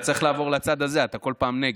אתה צריך לעבור לצד הזה, אתה כל פעם נגד.